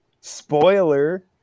Spoiler